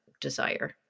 desire